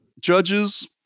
Judges